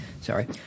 Sorry